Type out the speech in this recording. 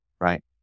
right